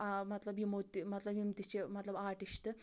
آ مطلب یِمو تہِ مطلب یِم تہِ چھِ مطلب آٹِسٹ